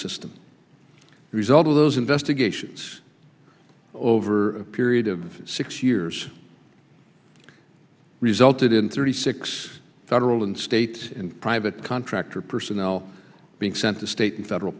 system the result of those investigations over a period of six years resulted in thirty six federal and state and private contractor personnel being sent to state and federal